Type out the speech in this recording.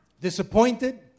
disappointed